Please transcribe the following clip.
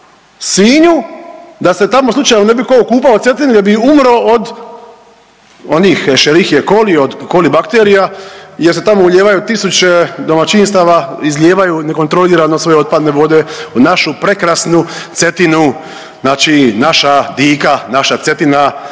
Sinju da se tamo slučajno ne bi ko okupao u Cetini jer bi umro od onih šerihije koli, od koli bakterija jer se tamo ulijevaju tisuće domaćinstava, izlijevaju nekontrolirano sve otpadne vode u našu prekrasnu Cetinu, znači naša dika, naša Cetina